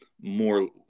more